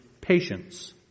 patience